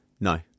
No